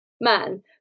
man